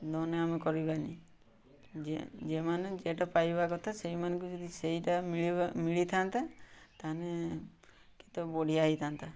loan ଆମେ କରିବାନି ଯେମାନେ ଯେଟା ପାଇବା କଥା ସେଇମାନଙ୍କୁ ଯଦି ସେଇଟା ମିଳିବା ମିଳିଥାନ୍ତା ତାହେଲେ କେତେ ବଢ଼ିଆ ହେଇଥାନ୍ତା